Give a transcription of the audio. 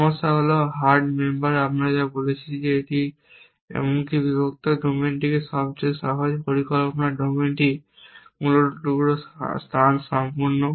সমস্যা হল hard member আমরা বলেছি যে এমনকি বিভক্ত ডোমেনটি সবচেয়ে সহজ পরিকল্পনার ডোমেনটি মূলত টুকরা স্থান সম্পূর্ণ